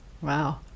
wow